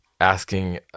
asking